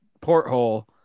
porthole